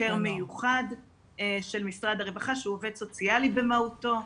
חוקר מיוחד של משרד הרווחה שהוא עובד סוציאלי במהותו.